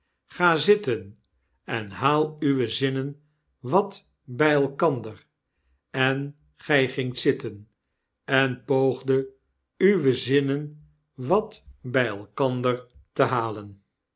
ga zitten en haal uwe zinnen wat bij elkander engy gingtzitten en j poogdet uwe zinnen wat by elkander te halen